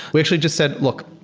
we actually just said, look,